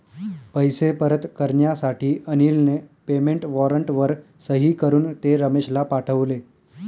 पैसे परत करण्यासाठी अनिलने पेमेंट वॉरंटवर सही करून ते रमेशला पाठवले